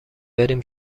بریم